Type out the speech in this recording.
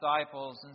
disciples